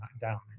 down